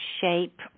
shape